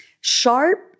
sharp